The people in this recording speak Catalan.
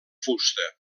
fusta